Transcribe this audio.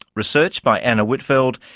research by anna whitfeld,